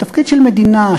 התפקיד של מדינה,